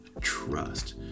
trust